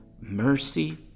mercy